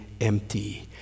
empty